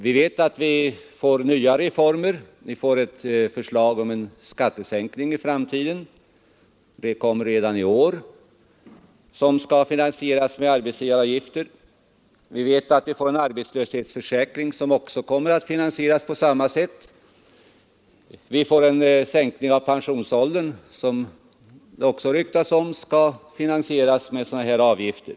Vi vet att det redan i år kommer ett förslag om en skattesänkning vilken skall finansieras med arbetsgivaravgifter. En eventuell arbetslöshetsförsäkring kommer också att finansieras på samma sätt. Det blir en sänkning av pensionsåldern som också, enligt vad det ryktas, skall finansieras med sådana här avgifter.